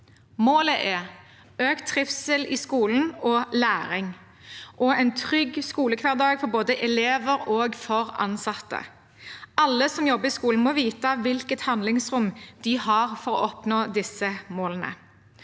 Målet er økt trivsel i skolen og læring og en trygg skolehverdag for både elever og ansatte. Alle som jobber i skolen, må vite hvilket handlingsrom de har for å oppnå disse målene.